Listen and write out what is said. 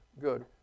good